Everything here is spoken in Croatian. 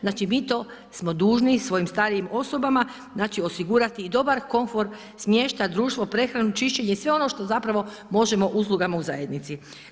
Znači mi to smo dužni svojim starijim osobama, znači osigurati i dobar komfor, smještat društvo, prehranu, čišćenje i sve ono što zapravo možemo uslugama u zajednici.